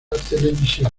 televisión